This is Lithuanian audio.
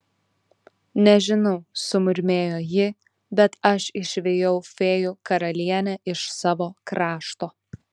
nežinau sumurmėjo ji bet aš išvijau fėjų karalienę iš savo krašto